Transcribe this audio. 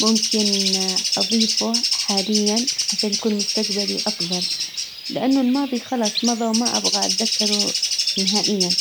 ممكن اظيفه حاليا عشان يكون مستقبلي افضل. لانه الماضي خلص مضى وما ابغى اتذكره نهائيا.